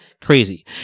crazy